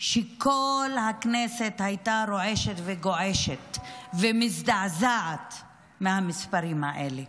שכל הכנסת הייתה רועשת וגועשת ומזדעזעת מהמספרים האלה.